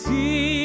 See